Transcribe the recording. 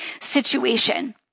situation